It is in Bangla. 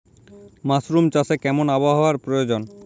মাসরুম চাষে কেমন আবহাওয়ার প্রয়োজন?